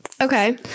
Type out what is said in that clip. Okay